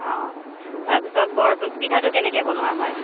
অঁ তাৰপিছত বৰ পিঠাটো কেনেকৈ বনোৱা হয়